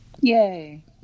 Yay